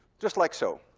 just like so.